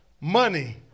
Money